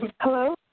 hello